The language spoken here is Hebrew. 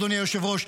אדוני היושב-ראש,